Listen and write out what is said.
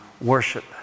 worship